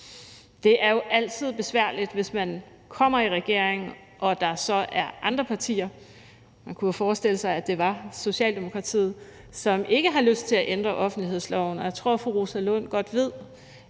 Det er jo altid svært, hvis man kommer i regering og der så er andre partier – man kunne jo forestille sig, at det var Socialdemokratiet – som ikke har lyst til at ændre offentlighedsloven. Og jeg tror, at fru Rosa Lund godt ved,